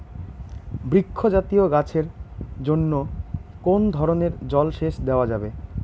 বৃক্ষ জাতীয় গাছের জন্য কোন ধরণের জল সেচ দেওয়া যাবে?